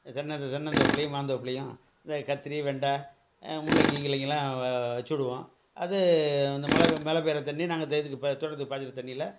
தென்னை தென்னை தோப்புலேயும் மாந்தோப்புலேயும் இந்த கத்திரி வெண்டை முள்ளங்கி கிள்ளங்கிலாம் வ வச்சுடுவோம் அது அந்த மழை மழை பெய்கிற தண்ணி நாங்கள் தே இதுக்கு ப தோட்டத்துக்குப் பாய்ச்சிற தண்ணியில்